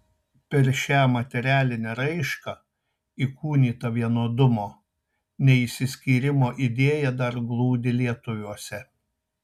per šią materialinę raišką įkūnyta vienodumo neišsiskyrimo idėja dar glūdi lietuviuose